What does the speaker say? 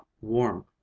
warm